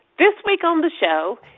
this week on the show,